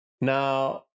Now